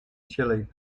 chilly